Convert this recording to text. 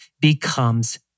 becomes